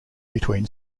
between